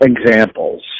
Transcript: examples